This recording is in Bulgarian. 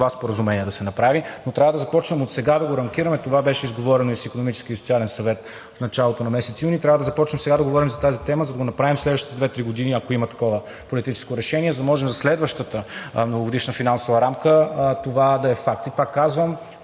споразумение да се направи, но трябва да започнем отсега да рамкираме. Това беше изговорено и с Икономическия и социален съвет в началото на месец юни. Трябва да започнем сега да говорим за тази тема, за да го направим следващите две-три години, ако има такова политическо решение, за да може за следващата Многогодишна финансова рамка това да е факт. И пак казвам,